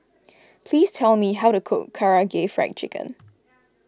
please tell me how to cook Karaage Fried Chicken